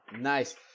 Nice